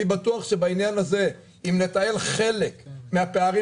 אני בטוח שבעניין הזה אם נתעל חלק מהפערים